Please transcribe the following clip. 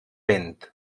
vent